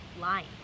lying